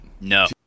no